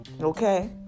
okay